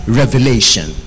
revelation